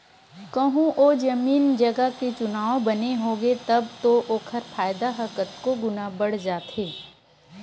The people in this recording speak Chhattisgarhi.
कहूँ ओ जमीन जगा के चुनाव बने होगे तब तो ओखर फायदा ह कतको गुना बड़ जाथे